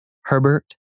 Herbert